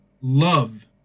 love